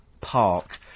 Park